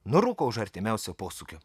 nurūko už artimiausio posūkio